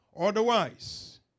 Otherwise